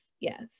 yes